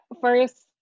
first